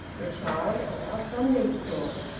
the child of our sunday school,